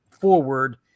forward